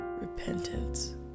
repentance